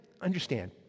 understand